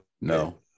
no